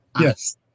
yes